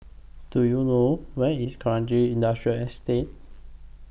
Do YOU know Where IS Kranji Industrial Estate